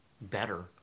better